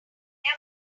mind